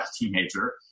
teenager